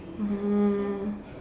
um